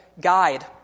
guide